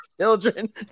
children